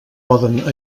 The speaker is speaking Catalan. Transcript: poden